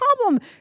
problem